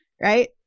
right